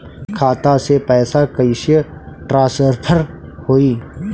खाता से पैसा कईसे ट्रासर्फर होई?